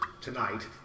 tonight